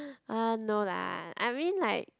uh no lah I mean like